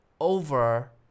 over